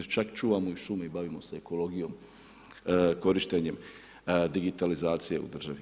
Čak čuvamo i šume, bavimo se ekologijom, korištenjem digitalizacije u državi.